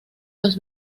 los